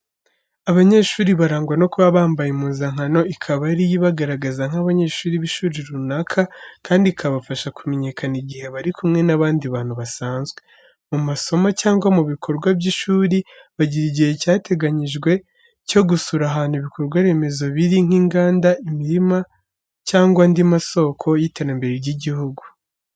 Abanyeshuri barangwa no kuba bambaye impuzankano, ikaba ari yo ibagaragaza nk'abanyeshuri b'ishuri runaka, kandi ikabafasha kumenyekana igihe bari kumwe n'abandi bantu basanzwe. Mu masomo cyangwa mu bikorwa by'ishuri, bagira igihe cyateganyijwe cyo gusura ahantu ibikorwa remezo biri, nk’inganda, imirima cyangwa andi masoko y’iterambere ry’igihugu.